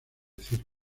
circo